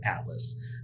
Atlas